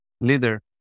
leader